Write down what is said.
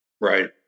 Right